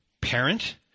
parent